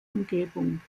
umgebung